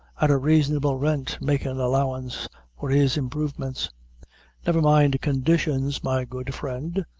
at a raisonable rint, makin' allowance for his improvements never mind conditions, my good friend,